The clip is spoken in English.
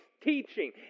teaching